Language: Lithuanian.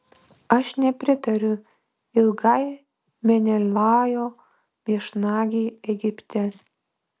aš nepritariu ilgai menelajo viešnagei egipte